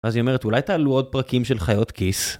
אז היא אומרת: "אולי תעלו עוד פרקים של חיות כיס".